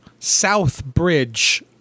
Southbridge